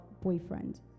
boyfriend